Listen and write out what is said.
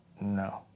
No